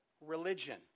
religion